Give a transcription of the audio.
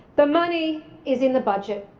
the money is in the budget.